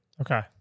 Okay